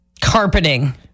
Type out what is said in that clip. Carpeting